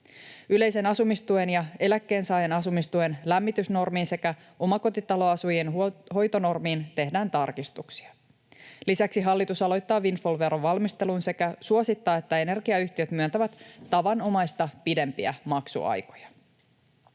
Yleisen asumistuen ja eläkkeensaajan asumistuen lämmitysnormiin sekä omakotitaloasujien hoitonormiin tehdään tarkistuksia. Lisäksi hallitus aloittaa windfall-veron valmistelun sekä suosittaa, että energiayhtiöt myöntävät tavanomaista pidempiä maksuaikoja.